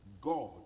God